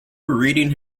reading